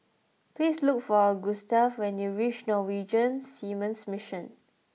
please look for Gustav when you reach Norwegian Seamen's Mission